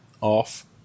off